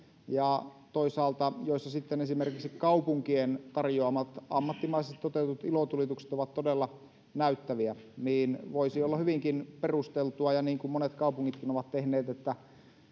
ja toisaalta joissa sitten esimeriksi kaupunkien tarjoamat ammattimaisesti toteutetut ilotulitukset ovat todella näyttäviä niin voisi olla hyvinkin perusteltua ja niin kuin monet kaupungit ovat tehneet että